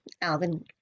alvin